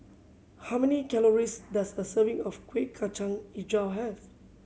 how many calories does a serving of Kueh Kacang Hijau have